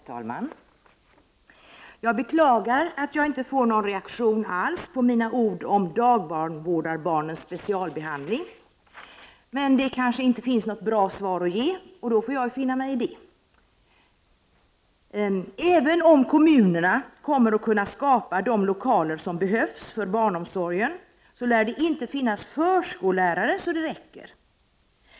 Herr talman! Jag beklagar att jag inte får någon reaktion alls på mina ord om dagbarnvårdarbarnens specialbehandling. Det kanske inte finns något bra svar att ge, och då får jag finna mig i det. Även om kommunerna kommer att kunna skapa de lokaler som behövs för barnomsorgen lär det inte finnas förskollärare så att det räcker.